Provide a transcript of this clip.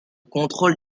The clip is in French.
contrôle